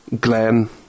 Glenn